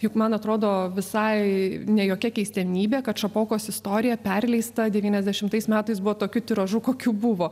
juk man atrodo visai ne jokia keistenybė kad šapokos istorija perleista devyniasdešimtais metais buvo tokiu tiražu kokiu buvo